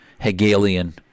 Hegelian